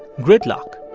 gridlock.